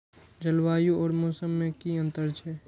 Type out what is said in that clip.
जलवायु और मौसम में कि अंतर छै?